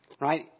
right